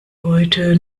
heute